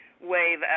wave